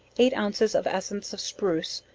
eight ounces of essence of spruce,